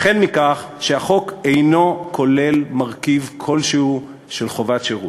וכן מכך שהחוק אינו כולל מרכיב כלשהו של חובת שירות".